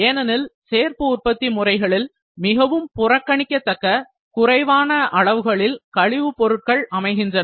ஏனெனில் சேர்ப்பு உற்பத்தி முறைகளில் மிகவும் புறக்கணிக்கதக்க குறைவான அளவுகளில் கழிவு பொருட்கள் அமைகின்றன